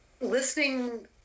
listening